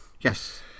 Yes